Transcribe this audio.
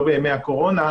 לא בימי הקורונה,